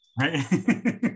Right